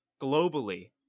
globally